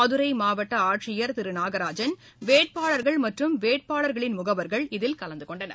மதுரை மாவட்ட ஆட்சியர் நாகராஜன் வேட்பாளர்கள் மற்றும் வேட்பாளர்களின் முகவர்கள் இதில் கலந்துகொண்டனர்